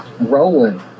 Rolling